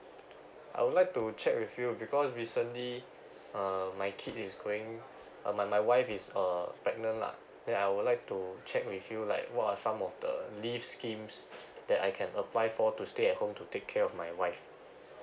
I would like to check with you because recently um my kid is going uh my my wife is um pregnant lah then I would like to check with you like what are some of the leave schemes that I can apply for to stay at home to take care of my wife